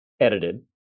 edited